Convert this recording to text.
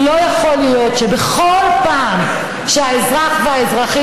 לא יכול להיות שבכל פעם שהאזרח והאזרחית